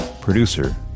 producer